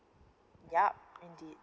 yup indeed